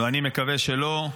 ואני מקווה שלא,